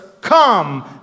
come